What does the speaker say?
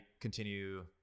continue